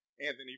Anthony